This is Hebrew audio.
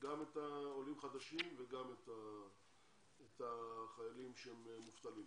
זה כולל גם את העולים החדשים וגם את החיילים המובטלים.